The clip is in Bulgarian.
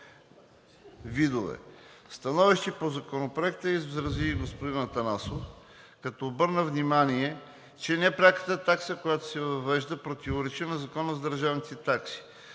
видове. Становище по Законопроекта изрази и господин Атанасов, като обърна внимание, че непряката такса, която се въвежда, противоречи на Закона за държавните такси.